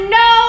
no